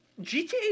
gta